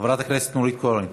חברת הכנסת נורית קורן,